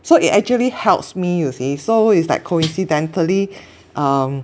so it actually helps me you see so it's like coincidentally um